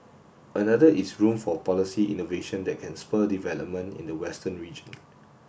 another is room for policy innovation that can spur development in the western region